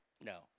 No